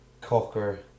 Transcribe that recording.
cocker